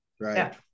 right